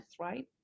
Right